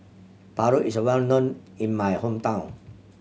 paru is a well known in my hometown